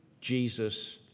Jesus